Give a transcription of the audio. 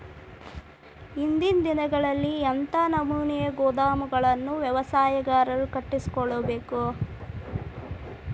ಇಂದಿನ ದಿನಗಳಲ್ಲಿ ಎಂಥ ನಮೂನೆ ಗೋದಾಮುಗಳನ್ನು ವ್ಯವಸಾಯಗಾರರು ಕಟ್ಟಿಸಿಕೊಳ್ಳಬೇಕು?